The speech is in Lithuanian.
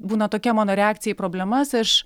būna tokia mano reakcija į problemas aš